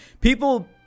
people